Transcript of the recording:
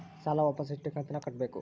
ಸಾಲ ವಾಪಸ್ ಎಷ್ಟು ಕಂತಿನ್ಯಾಗ ಕಟ್ಟಬೇಕು?